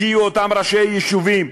הגיעו אותם ראשי יישובים,